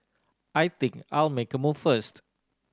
I think I'll make a move first